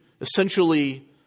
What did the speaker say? essentially